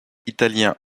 italiens